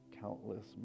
countless